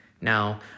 Now